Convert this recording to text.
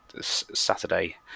Saturday